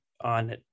on